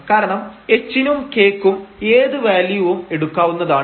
കാരണം h നും k ക്കും ഏത് വാല്യുവും എടുക്കാവുന്നതാണ്